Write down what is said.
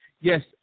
Yes